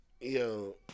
Yo